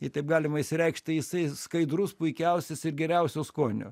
jei taip galima išsireikšt tai jisai skaidrus puikiausias ir geriausio skonio